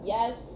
Yes